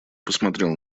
посмотрел